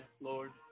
Lord